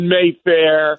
Mayfair